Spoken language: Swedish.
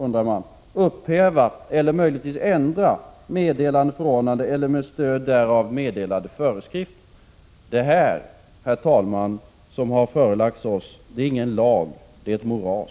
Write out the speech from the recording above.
frågar man — upphäva eller möjligtvis ändra meddelande, förordnande eller med stöd därav meddelade föreskrifter. Detta, herr talman, som har förelagts oss är ingen lag, det är ett moras.